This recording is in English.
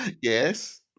yes